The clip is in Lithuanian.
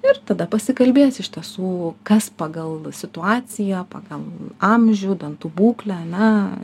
ir tada pasikalbėjęs iš tiesų kas pagal situaciją pagal amžių dantų būklę ar ne